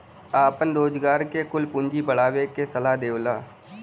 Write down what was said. आपन रोजगार के कुल पूँजी बढ़ावे के सलाह देवला